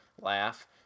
Laugh